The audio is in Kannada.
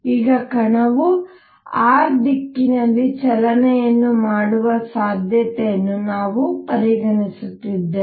ಈಗ ಕಣವು r ದಿಕ್ಕಿನಲ್ಲಿ ಚಲನೆಯನ್ನು ಮಾಡುವ ಸಾಧ್ಯತೆಯನ್ನು ನಾವು ಪರಿಗಣಿಸುತ್ತಿದ್ದೇವೆ